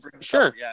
sure